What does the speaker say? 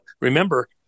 remember